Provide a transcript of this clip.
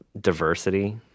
Diversity